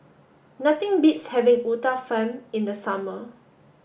nothing beats having Uthapam in the summer